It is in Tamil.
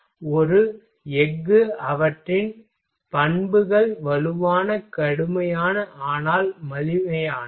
எனவே ஒரு எஃகு அவற்றின் பண்புகள் வலுவான கடுமையான ஆனால் மலிவானவை